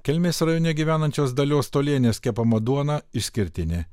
kelmės rajone gyvenančios dalios tolienės kepama duona išskirtinė